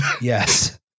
Yes